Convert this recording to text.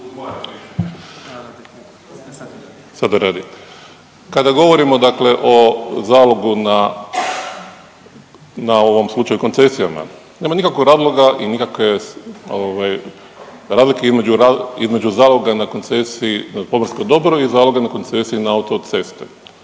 uključen./… kada govorimo dakle o zalogu na, na ovom slučaju koncesijama nema nikakvog razloga i nikakve ovaj razlike između zaloga na koncesiji na pomorskom dobru i zaloga na koncesiji na autoceste.